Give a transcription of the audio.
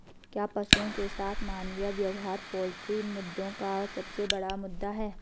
क्या पशुओं के साथ मानवीय व्यवहार पोल्ट्री मुद्दों का सबसे बड़ा मुद्दा है?